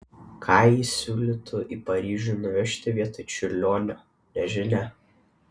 ką ji siūlytų į paryžių nuvežti vietoj čiurlionio nežinia